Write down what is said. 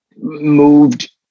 moved